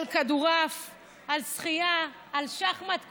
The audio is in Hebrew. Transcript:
על כדורעף, על שחייה, על שחמט.